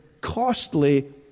costly